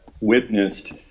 witnessed